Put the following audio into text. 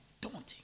daunting